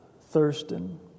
Thurston